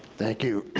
thank you,